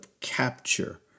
capture